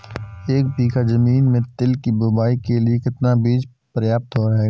एक बीघा ज़मीन में तिल की बुआई के लिए कितना बीज प्रयाप्त रहेगा?